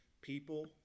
people